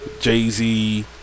Jay-Z